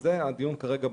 בזה אנו דנים כעת,